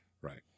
Right